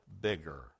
bigger